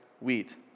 wheat